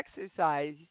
exercise